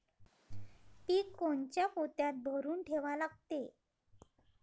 पीक कोनच्या पोत्यात भरून ठेवा लागते?